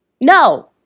No